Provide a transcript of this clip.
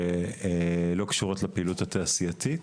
שלא קשורות לפעילות התעשייתית,